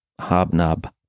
Hobnob